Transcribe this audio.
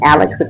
Alex